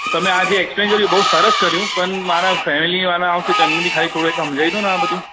તો તમે આ જે એક્સપ્લેન કર્યું બહુ સરસ કર્યું પણ મારા ફૅમિલીવાળા આવશે તો એમને બી ખાલી થોડુંક સમજાવી દો ને આ બધું